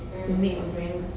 mm mm mm mm